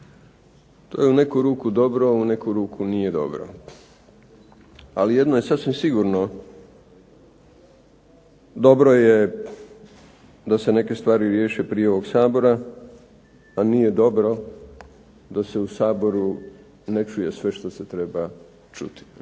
To je u neku ruku dobro, u neku ruku nije dobro, ali jedno je sasvim sigurno, dobro je da se neke stvari riješe prije ovog Sabora, a nije dobro da se u Saboru ne čuje sve što se treba čuti.